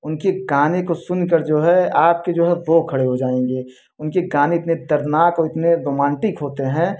उनके गाने को सुनकर जो है आपके जो है वो खड़े हो जाएंगे उनके गाने इतने दर्दनाक और इतने रोमांटिक होते हैं